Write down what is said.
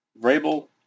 Vrabel